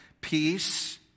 peace